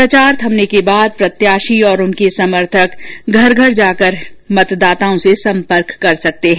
प्रचार थमने के बाद प्रत्याशी और उनके समर्थक घर घर जाकर ही मतदाताओं से सम्पर्क कर सकते हैं